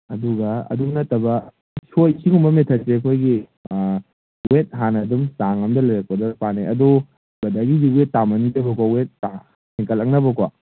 ꯑꯗꯨꯒ ꯑꯗꯨ ꯅꯠꯇꯕ ꯁꯤꯒꯨꯝꯕ ꯃꯦꯊꯠꯁꯦ ꯑꯩꯈꯣꯏꯒꯤ ꯋꯦꯠ ꯍꯥꯟꯅ ꯑꯗꯨꯝ ꯆꯥꯡ ꯑꯝꯗ ꯂꯩꯔꯛꯄꯗ ꯆꯥꯅꯩ ꯑꯗꯣ ꯕ꯭ꯔꯗꯔꯒꯤꯁꯦ ꯋꯦꯠ ꯇꯥꯃꯟꯒ꯭ꯔꯦꯕꯀꯣ ꯋꯦꯠ ꯍꯦꯟꯀꯠꯂꯛꯅꯕꯀꯣ